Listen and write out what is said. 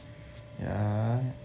yeah